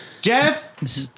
jeff